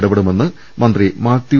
ഇടപെടുമെന്ന് മന്ത്രി മാത്യു